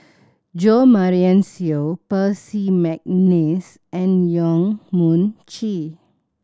Jo Marion Seow Percy McNeice and Yong Mun Chee